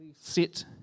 sit